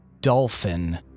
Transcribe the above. dolphin